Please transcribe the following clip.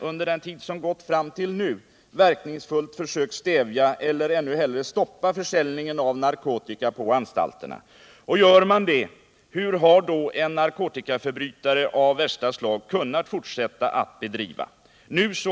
under den tid som gått verkningsfullt försökt stävja eller ännu hellre stoppa försäljningen av narkotika på anstalterna? Om så är fallet, hur har då en narkotikaförbrytare av värsta slag kunnat fortsätta att bedriva sin verksamhet?